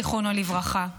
זיכרונו לברכה.